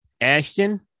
Ashton